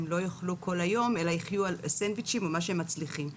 הם לא יאכלו כל היום אלא יחיו על סנדוויצ'ים או מה שהם מצליחים להשיג.